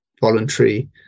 voluntary